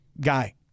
guy